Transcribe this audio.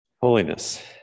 Holiness